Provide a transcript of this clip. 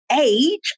age